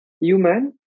human